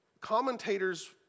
commentators